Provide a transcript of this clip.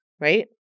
right